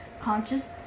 conscious